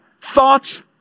thoughts